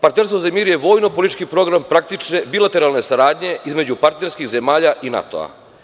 Partnerstvo za mir je vojno-politički program praktične bilateralne saradnje između partijskih zemalja i NATO.